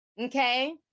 okay